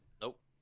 Nope